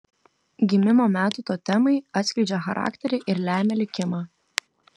gimimo metų totemai atskleidžia charakterį ir lemia likimą